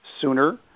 sooner